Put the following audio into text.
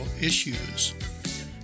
issues